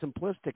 simplistic